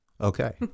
okay